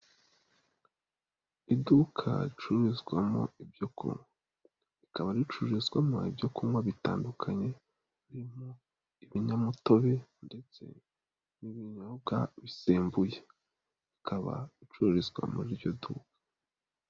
Iduka ricururizwamo ibyo kunywa, rikaba ricururizwamo ibyo kunywa bitandukanye, birimo ibinyamutobe ndetse n'ibinyobwa bisembuye, bikaba bicururizwa muri iryo duka.